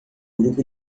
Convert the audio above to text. grupo